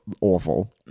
awful